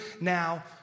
now